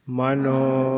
mano